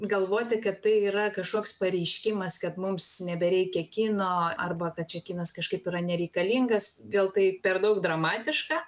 galvoti kad tai yra kažkoks pareiškimas kad mums nebereikia kino arba kad čia kinas kažkaip yra nereikalingas gal tai per daug dramatiška